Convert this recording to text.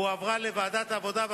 והועברה לוועדת העבודה,